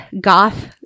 goth